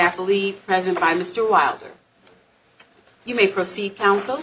athlete present by mr wilder you may proceed counsel